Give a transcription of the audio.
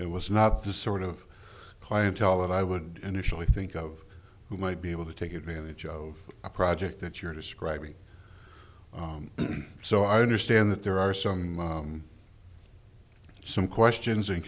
it was not the sort of clientele that i would initially think of who might be able to take advantage of a project that you're describing so i understand that there are some some questions and